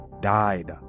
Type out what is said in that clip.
died